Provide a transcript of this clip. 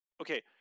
okay